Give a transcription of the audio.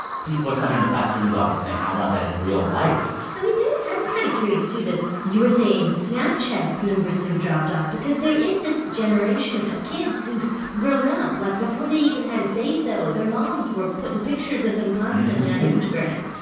people are coming into the plastic surgeon's office saying, i want that in real life i mean, don't you i'm kind of curious, too, that you were saying snapchat's numbers have dropped off because there is this generation of kids who've grown up like, before they even had a say-so, their moms were putting pictures of them constantly on instagram.